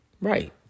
Right